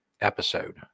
episode